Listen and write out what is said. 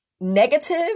negative